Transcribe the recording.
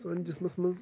سٲنِس جِسمس منٛز